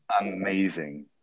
amazing